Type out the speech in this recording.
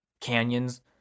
canyons